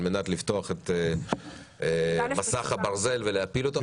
על מנת לפתוח את מסך הברזל ולהפיל אותו.